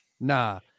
Nah